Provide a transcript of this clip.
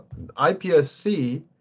IPSC